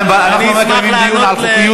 אני אשמח, מפה זה מתחיל, לא משום מקום אחר,